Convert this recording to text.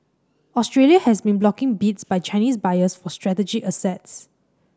Australia has been blocking bids by Chinese buyers for strategic assets